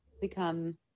become